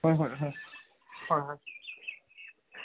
হয় হয় হয় হয় হয়